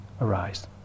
arise